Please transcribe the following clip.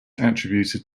attributed